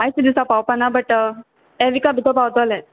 आयचे दिसा पावपाना बट हे व्हिका भितो पावतोलें